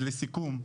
אז לסיכום,